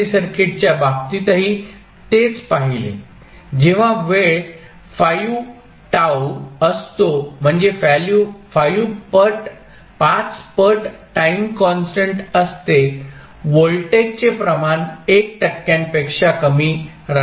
RC सर्किटच्या बाबतीतही तेच पाहिले जेव्हा वेळ 5 T असतो म्हणजे व्हॅल्यू 5 पट टाईम कॉन्स्टंट असते व्होल्टेजचे प्रमाण 1 टक्क्यांपेक्षा कमी राहिल